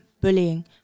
bullying